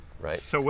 Right